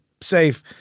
safe